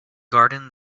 garden